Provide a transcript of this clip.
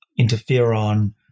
interferon